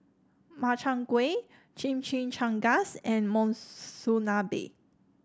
Makchang Gui Chimichangas and Monsunabe